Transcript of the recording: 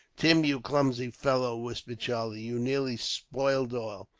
tim, you clumsy fellow, whispered charlie, you nearly spoiled all.